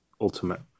Ultimate